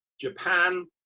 Japan